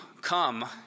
come